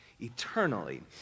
eternally